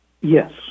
Yes